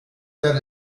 that